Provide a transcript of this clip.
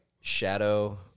shadow